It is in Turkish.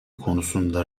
konusunda